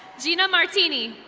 gina martini.